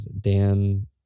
Dan